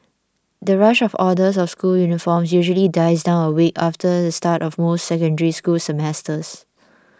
the rush of orders of school uniforms usually dies down a week after the start of most Secondary School semesters